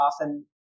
often